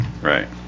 right